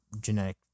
genetic